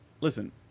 listen